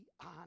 on